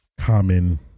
common